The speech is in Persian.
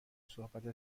صحبت